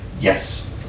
Yes